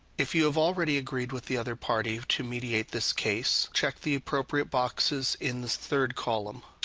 if you have already agreed with the other party to mediate, this case check the appropriate boxes in this third column,